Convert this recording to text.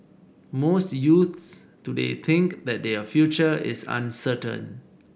most youths today think that their future is uncertain